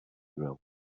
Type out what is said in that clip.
thrill